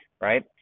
Right